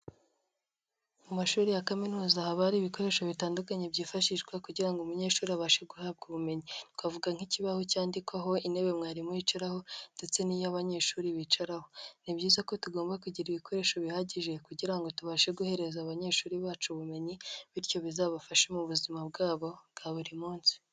Mu mashuri ya kaminuza haba hari ibikoresho bitandukanye byifashishwa kugira ngo umunyeshuri abashe guhabwa ubumenyi, twavuga nk'ikibaho cyandikwaho, intebe mwarimu yicaraho ndetse n'iyo abanyeshuri bicaraho; ni byiza ko tugomba kugira ibikoresho bihagije kugira ngo tubashe guhereza abanyeshuri bacu ubumenyi bityo bizabafashe mu buzima bwabo bwa buri munsi.